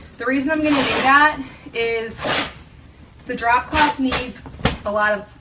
the reason i'm gonna do that is the drop cloth needs a lot of